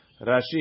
Rashi